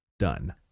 Done